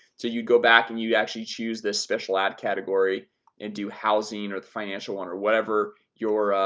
so you go back and you actually choose this special ad category and do housing or the financial one or whatever your ah,